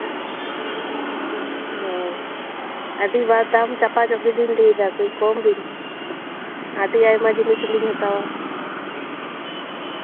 ᱚ ᱟᱹᱰᱤ ᱵᱟᱨ ᱫᱟᱢ ᱪᱟᱯᱟ ᱪᱟᱹᱯᱤ ᱵᱤᱱ ᱞᱟᱹᱭ ᱮᱫᱟ ᱠᱟᱹᱴᱤᱡ ᱠᱚᱢ ᱵᱤᱱ ᱟᱹᱰᱤ ᱟᱭᱢᱟ ᱡᱤᱱᱤᱥ ᱞᱤᱧ ᱦᱟᱛᱟᱣᱟ